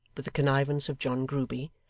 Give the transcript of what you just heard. with the connivance of john grueby,